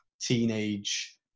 teenage